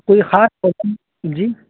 کوئی خاص پرابلم جی